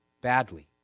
badly